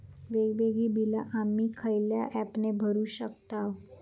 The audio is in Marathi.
वेगवेगळी बिला आम्ही खयल्या ऍपने भरू शकताव?